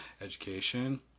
education